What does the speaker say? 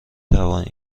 توانید